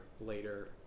later